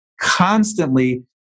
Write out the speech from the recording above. constantly